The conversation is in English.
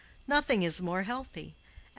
nothing is more healthy.